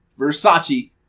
Versace